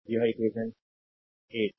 यह इक्वेशन 8 है